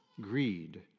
greed